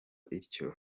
ityo